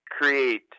create